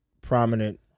prominent